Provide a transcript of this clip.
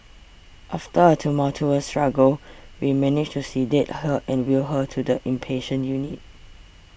after a tumultuous struggle we managed to sedate her and wheel her to the inpatient unit